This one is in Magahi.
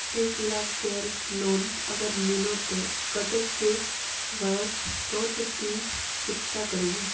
एक लाख केर लोन अगर लिलो ते कतेक कै बरश सोत ती चुकता करबो?